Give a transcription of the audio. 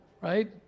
right